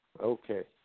Okay